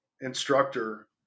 instructor